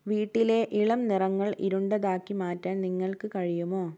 വീട്ടിലെ ഇളം നിറങ്ങൾ ഇരുണ്ടതാക്കി മാറ്റാൻ നിങ്ങൾക്ക് കഴിയുമോ